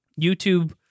YouTube